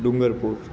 Dungarpur